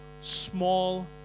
small